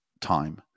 time